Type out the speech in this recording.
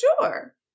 sure